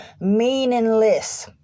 meaningless